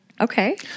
Okay